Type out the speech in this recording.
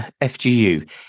FGU